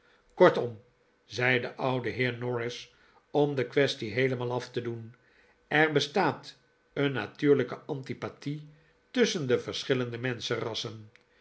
kortom zei de oude heer norris om de quaestie heelemaal af te doen er bestaat een natuurlijke antipathie tusschen de verschillende